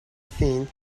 thin